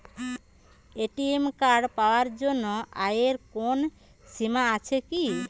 ATM card পাওয়ার জন্য আয়ের কোনো সীমা আছে কি?